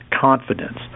Confidence